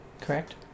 Correct